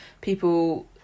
people